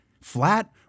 flat